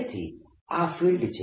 તેથી આ ફિલ્ડ છે